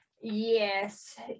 Yes